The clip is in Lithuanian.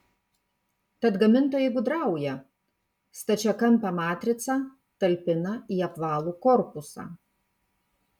tad gamintojai gudrauja stačiakampę matricą talpina į apvalų korpusą